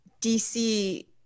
DC